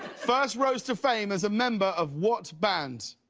first rose to fame as a member of what band.